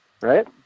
Right